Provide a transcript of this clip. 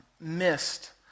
missed